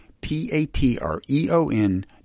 p-a-t-r-e-o-n